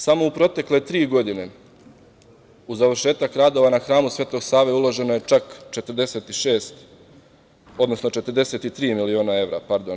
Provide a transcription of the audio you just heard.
Samo u protekle tri godine u završetak radova na hramu Svetog Save uloženo je čak 46, odnosno 43 miliona evra, pardon.